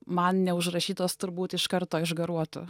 man neužrašytos turbūt iš karto išgaruotų